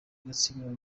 gatsibo